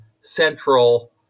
central